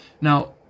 Now